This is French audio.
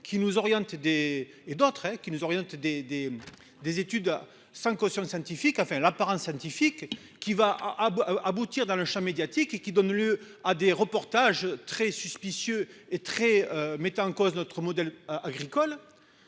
qui nous orientent des des des études à cinq caution scientifique enfin là par un scientifique. Qui va. Aboutir dans le Champ médiatique et qui donnent lieu à des reportages très suspicieux et très mettant en cause notre modèle agricole.